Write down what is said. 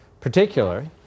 particularly